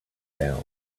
down